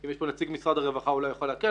אם יש פה נציג משרד הרווחה אולי יוכל לעדכן.